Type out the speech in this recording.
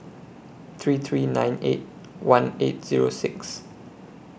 three three nine eight one eight Zero six